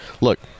look